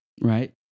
Right